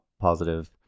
positive